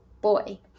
boy